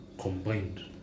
combined